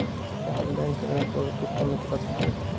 क्या हम बैंक ऋण को किश्तों में चुका सकते हैं?